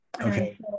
okay